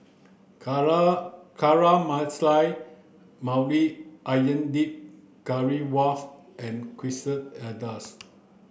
Caramelized Maui Onion Dip Currywurst and Quesadillas